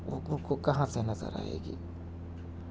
بھوکوں کو کہاں سے نظر آئے گی